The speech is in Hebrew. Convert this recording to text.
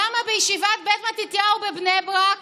למה לישיבת בית מתתיהו בבני ברק